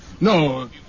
No